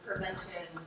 prevention